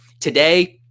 today